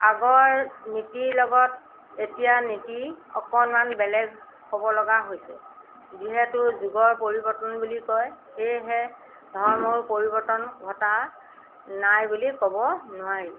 আগৰ নীতিৰ লগত এতিয়া নীতি অকণমান বেলেগ হ'ব লগা হৈছে যিহেতু যুগৰ পৰিৱৰ্তন বুলি কয় সেয়েহে ধৰ্মৰো পৰিৱৰ্তন ঘটা নাই বুলি ক'ব নোৱাৰি